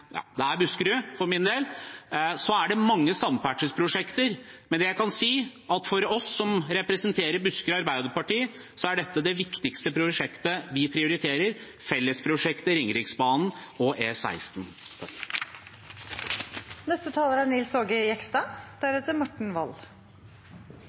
det er Buskerud for min del – er det mange samferdselsprosjekter. Men jeg kan si at for oss som representerer Buskerud Arbeiderparti, er dette det viktigste prosjektet vi prioriterer, fellesprosjektet Ringeriksbanen og E16. Bergensbanen er en viktig godsbane, men også attraktiv for persontransport. Det er